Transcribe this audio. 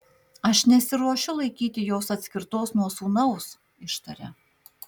aš nesiruošiu laikyti jos atskirtos nuo sūnaus ištaria